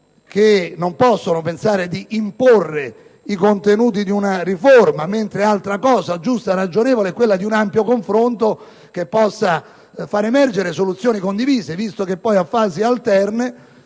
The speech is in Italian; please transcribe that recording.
che non possono pensare di imporre i contenuti di una riforma; altra cosa, giusta e ragionevole, è sviluppare un ampio confronto, che possa far emergere soluzioni condivise, visto che poi, a fasi alterne,